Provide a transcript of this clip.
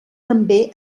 també